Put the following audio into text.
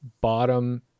bottom